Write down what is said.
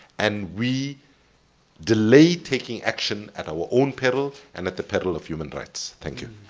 and we delay taking action at our own peril and at the peril of human rights. thank you.